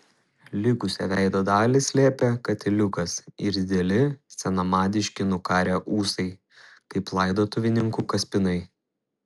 likusią veido dalį slėpė katiliukas ir dideli senamadiški nukarę ūsai kaip laidotuvininkų kaspinai